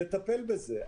לטפל בזה,